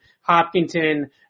Hopkinton